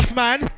man